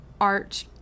art